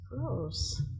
Gross